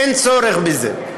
אין צורך בזה.